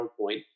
PowerPoint